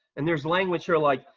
and there's language here like,